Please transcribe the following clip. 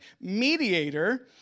mediator